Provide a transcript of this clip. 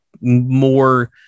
more